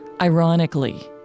Ironically